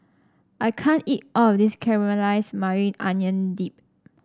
I can't eat all of this Caramelized Maui Onion Dip